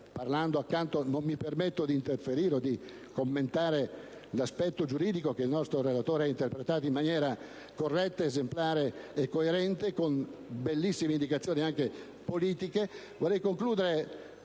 concludere, senza permettermi di interferire o commentare l'aspetto giuridico (che il nostro relatore ha interpretato in maniera corretta, esemplare e coerente, con bellissime indicazioni politiche),